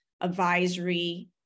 advisory